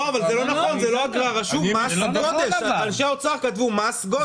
לא, אבל זה לא נכון, זו לא אגרה, רשום מס גודש.